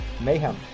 mayhem